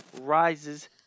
rises